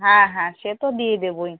হ্যাঁ হ্যাঁ সে তো দিয়ে দেবোই